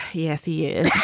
yes, he is